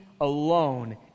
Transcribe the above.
alone